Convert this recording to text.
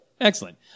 Excellent